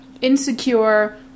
Insecure